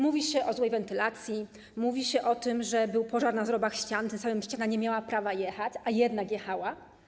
Mówi się o złej wentylacji, mówi się o tym, że był pożar na zrobach ścian, tym samym ściana nie miała prawa jechać, a jednak jechała.